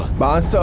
boss? so